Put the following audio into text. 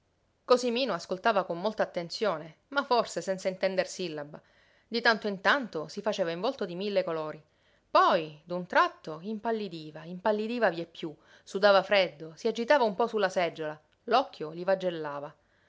dell'annata cosimino ascoltava con molta attenzione ma forse senza intender sillaba di tanto in tanto si faceva in volto di mille colori poi d'un tratto impallidiva impallidiva vieppiú sudava freddo si agitava un po su la seggiola l'occhio gli